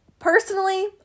Personally